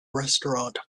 restaurant